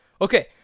Okay